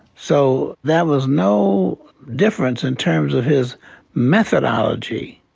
so there was no difference in terms of his methodology,